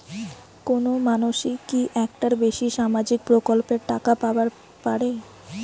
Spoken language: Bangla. কোনো মানসি কি একটার বেশি সামাজিক প্রকল্পের টাকা পাবার পারে?